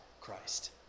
Christ